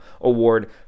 Award